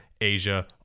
Asia